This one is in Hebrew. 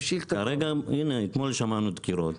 הינה, אתמול שמענו דקירות,